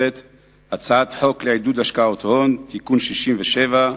הצעת חוק לעידוד השקעות הון (תיקון מס' 67)